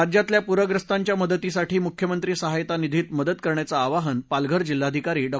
राज्यातल्या प्रख्यस्तांच्या मदतीसाठी मुख्यमंत्री सहायता निधीत मदत करण्याचं आवाहन पालघर जिल्हाधिकारी डॉ